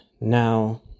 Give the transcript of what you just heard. now